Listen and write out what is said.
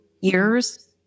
years